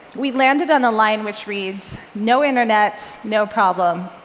we landed on a line, which reads, no internet. no problem.